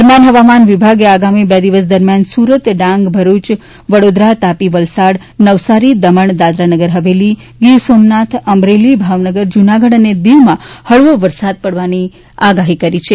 દરમિયાન હવામાન વિભાગે આગામી બે દિવસ દરમિયાન સુરત ડાંગ ભરૂચ વડોદરા તાપી વલસાડ નવસારી દમણ દાદરાનગર હવેલી ગીર સોમનાથ અમરેલી ભાવનગર જૂનાગઢ અને દીવમાં હળવો વરસાદ પડવાની આગાહી કરી છે